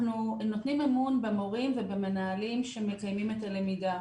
אנחנו נותנים אמון במורים ובמנהלים שהם מקיימים את הלמידה.